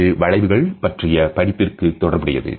அது வளைவுகள் பற்றிய படிப்பிற்கு தொடர்புடையது